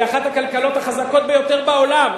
היא אחת הכלכלות החזקות ביותר בעולם.